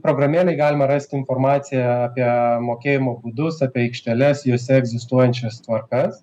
programėlėj galima rast informaciją apie mokėjimo būdus apie aikšteles jose egzistuojančias tvarkas